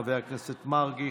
חבר הכנסת מרגי,